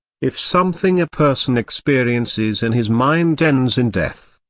if something a person experiences in his mind ends in death,